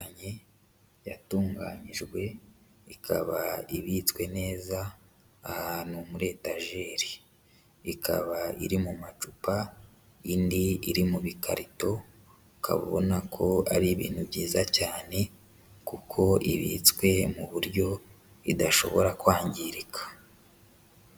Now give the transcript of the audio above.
Imiti itandukanye yatunganyijwe, ikaba ibitswe neza ahantu muri etajeri, ikaba iri mu macupa indi iri mu bikarito, ubona ko ari ibintu byiza cyane, kuko ibitswe mu buryo idashobora kwangirika.